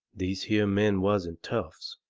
these here men wasn't toughs,